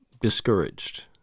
discouraged